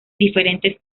diferentes